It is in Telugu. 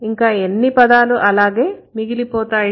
ఇంకా ఎన్ని పదాలు అలాగే మిగిలిపోతాయి